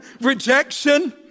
Rejection